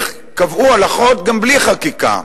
קבעו הלכות גם בלי חקיקה.